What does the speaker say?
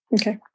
Okay